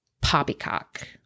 poppycock